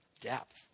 depth